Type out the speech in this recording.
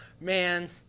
man